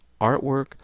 artwork